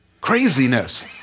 Craziness